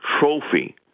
trophy